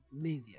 media